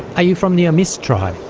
are you from the amis tribe?